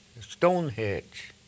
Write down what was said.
Stonehenge